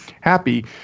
happy